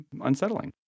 unsettling